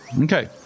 Okay